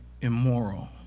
immoral